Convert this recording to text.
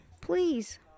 Please